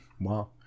wow